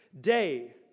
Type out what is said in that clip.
day